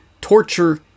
Torture